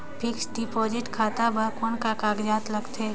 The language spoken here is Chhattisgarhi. फिक्स्ड डिपॉजिट खाता बर कौन का कागजात लगथे?